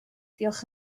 diolch